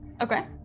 Okay